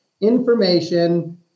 information